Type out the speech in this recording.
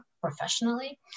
professionally